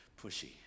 pushy